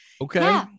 Okay